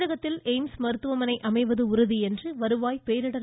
தமிழகத்தில் எய்ம்ஸ் மருத்துவமனை அமைவது உறுதி என்று வருவாய் பேரிடர்